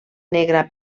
negra